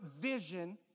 vision